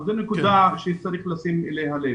זו נקודה שצריך לשים לב אליה.